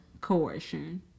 coercion